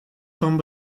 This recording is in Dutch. van